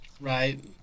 Right